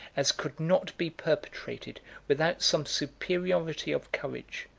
as could not be perpetrated without some superiority of courage,